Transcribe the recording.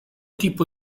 tipo